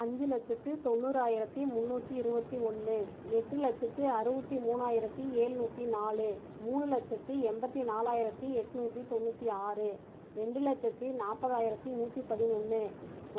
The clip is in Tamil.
அஞ்சு லட்சத்து தொண்ணூறாயிரத்து முன்னூற்றி இருபத்தி ஒன்று எட்டு லட்சத்து அறுபத்தி மூணாயிரத்து ஏழுநூற்றி நாலு மூணு லட்சத்து எண்பத்து நாலாயிரத்து எட்நூற்றி தொண்ணூற்றி ஆறு ரெண்டு லட்சத்து நாப்பதாயிரத்து நூற்றி பதினொன்று